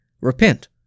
Repent